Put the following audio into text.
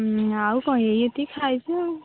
ଆଉ କହିଲି ଏତିକି ଖାଇଛୁ ଆଉ